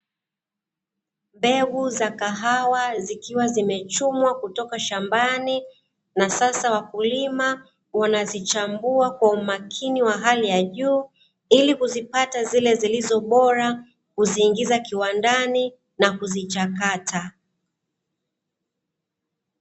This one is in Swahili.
Mbegu za kahawa zikiwa zimechumwa kutoka shambani na sasa wakulima wanazichambua kwa umakini wa hali ya juu ili kuzipata zile zilizobora, kuziingiza kiwandani na kuzichakata.